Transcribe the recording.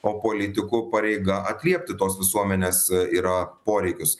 o politikų pareiga atliepti tos visuomenėse yra poreikius